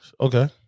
okay